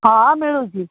ହଁ ମିଳୁଛି